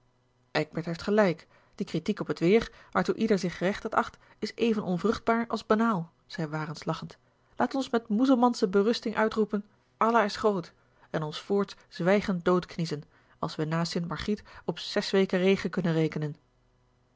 eekbert heeft gelijk die critiek op het weer waartoe ieder zich gerechtigd acht is even onvruchtbaar als banaal zei warens lachend laat ons met muzelmansche berusting uitroepen allah is groot en ons voorts zwijgend doodkniezen als wij na st margriet op zes weken regen kunnen rekenen